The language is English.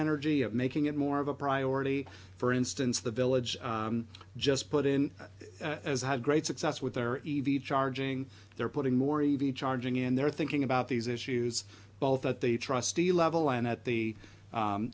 energy of making it more of a priority for instance the village just put in as had great success with their e v charging they're putting more e v charging in they're thinking about these issues both at the trustee level and at the